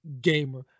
gamer